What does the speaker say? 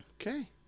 okay